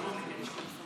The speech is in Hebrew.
לתרום את אבריו.